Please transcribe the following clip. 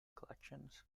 collections